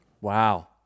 Wow